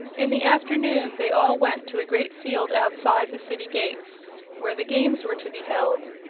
in the afternoon they all went to a great field outside the city gates where the games were to be held.